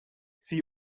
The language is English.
see